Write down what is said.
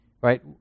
right